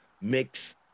mix